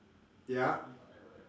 ya